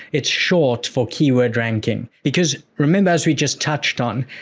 it's short for keyword ranking, because remember as we just touched on,